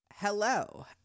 Hello